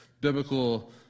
Biblical